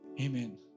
amen